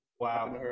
wow